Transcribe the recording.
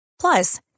Plus